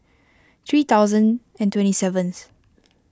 three thousand and twenty seventh